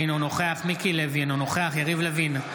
אינו נוכח מיקי לוי, אינו נוכח יריב לוין,